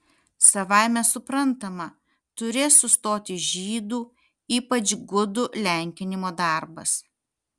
savaime suprantama turės sustoti žydų ypač gudų lenkinimo darbas